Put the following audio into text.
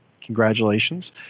Congratulations